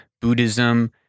Buddhism